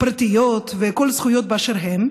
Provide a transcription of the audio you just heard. פרטיות וכל הזכויות באשר הן,